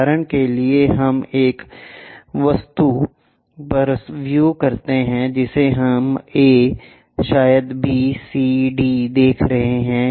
उदाहरण के लिए हम एक वस्तु पर व्यू करते हैं जिसे हम A शायद B C D दिखा रहे हैं